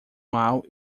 mal